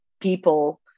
people